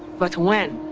but when?